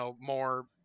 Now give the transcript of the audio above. more